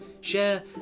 share